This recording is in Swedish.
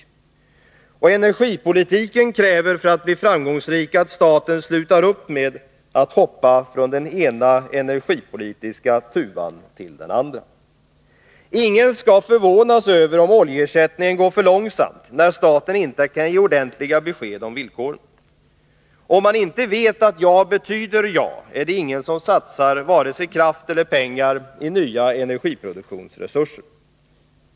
Och för att energipolitiken skall bli framgångsrik krävs det att staten slutar upp med att hoppa från den ena energipolitiska tuvan till den andra. Ingen skall förvånas över om oljeersättningen går för långsamt, när staten inte kan ge ordentliga besked om villkoren. Om man inte vet att ja betyder ja är det ingen som satsar vare sig kraft eller pengar på nya energiproduktionsresurser.